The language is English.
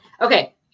Okay